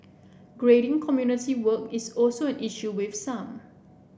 grading community work is also an issue with some